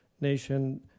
nation